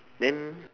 then